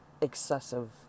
excessive